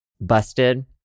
busted